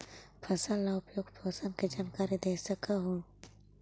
फसल ला उपयुक्त पोषण के जानकारी दे सक हु?